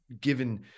given